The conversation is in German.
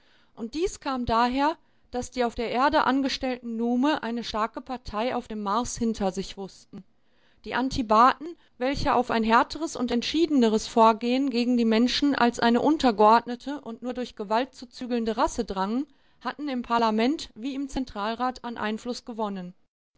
und dies kam daher daß die auf der erde angestellten nume eine starke partei auf dem mars hinter sich wußten die antibaten welche auf ein härteres und entschiedeneres vorgehen gegen die menschen als eine untergeordnete und nur durch gewalt zu zügelnde rasse drangen hatten im parlament wie im zentralrat an einfluß gewonnen